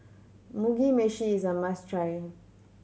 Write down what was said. Mugi Meshi is a must try